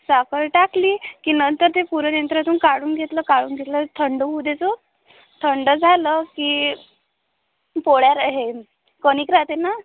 साखर टाकली की नंतर ते पुराण यंत्रातून काढून घेतलं काढून घेतलं थंड होऊ देचं थंड झालं की पोळ्या र हे कणीक राहते ना